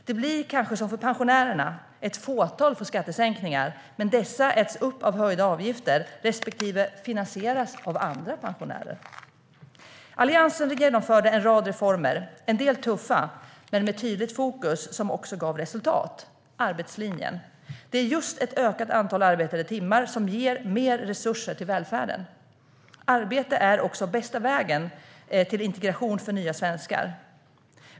Det blir kanske som för pensionärerna - ett fåtal får skattesänkningar, men dessa äts upp av höjda avgifter respektive finansieras av andra pensionärer. Alliansen genomförde en rad reformer, en del tuffa, men med tydligt fokus som också gav resultat: arbetslinjen. Det är just ett ökat antal arbetade timmar som ger mer resurser till välfärden. Arbete är också den bästa vägen till integration för nya svenskar.